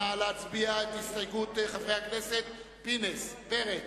נא להצביע על הסתייגות חברי הכנסת עמיר פרץ,